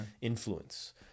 influence